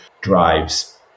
drives